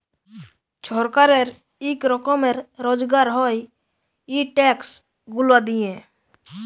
ছরকারের ইক রকমের রজগার হ্যয় ই ট্যাক্স গুলা দিঁয়ে